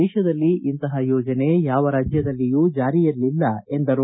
ದೇಶದಲ್ಲಿ ಇಂತಹ ಯೋಜನೆ ಯಾವ ರಾಜ್ಯದಲ್ಲಿಯೂ ಜಾರಿಯಲ್ಲಿಲ್ಲ ಎಂದರು